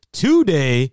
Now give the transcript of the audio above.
today